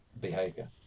behavior